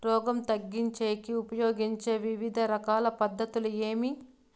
రోగం తగ్గించేకి ఉపయోగించే వివిధ రకాల పద్ధతులు ఏమి?